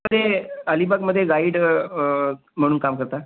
ते अलिबागमध्ये गाईड म्हणून काम करतात